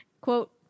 Quote